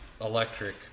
electric